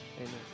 Amen